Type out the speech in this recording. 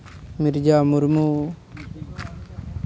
Mirza Murmu